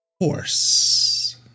Horse